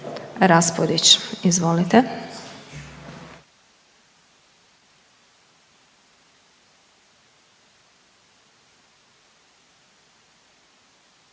Bačić, izvolite.